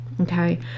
okay